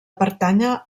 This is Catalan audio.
pertànyer